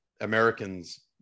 Americans